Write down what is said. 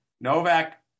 Novak